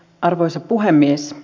arvoisa puhemies